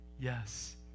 yes